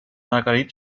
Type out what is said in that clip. marguerite